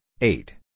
eight